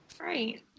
Right